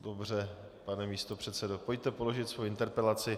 Dobře, pane místopředsedo, pojďte položit svou interpelaci.